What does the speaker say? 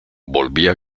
volvía